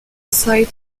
site